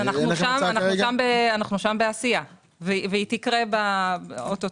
אנחנו שם בעשייה והיא תקרה או-טו-טו.